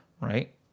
right